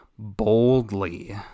boldly